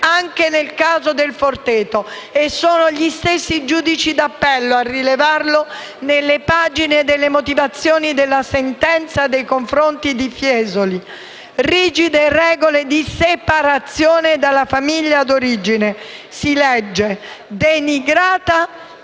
anche nel caso del Forteto e sono gli stessi giudici d'appello a rilevarlo nelle pagine delle motivazioni della sentenza nei confronti di Fiesoli: «Rigide regole di separazione dalla famiglia d'origine» - si legge - «denigrata